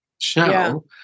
show